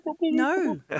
No